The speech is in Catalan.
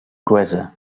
cruesa